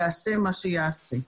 יעשה מה שיעשה.